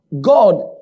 God